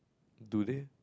do they